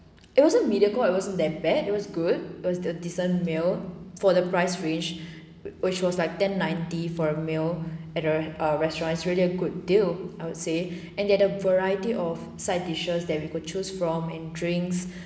it wasn't mediocre it wasn't that bad it was good it was a decent meal for the price range which was like ten ninety for a meal at a err restaurants really a good deal I would say and there are a variety of side dishes that you could choose from and drinks